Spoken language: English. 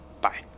Bye